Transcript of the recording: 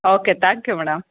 okay thank you madam